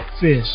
Fish